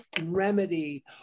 remedy